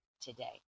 today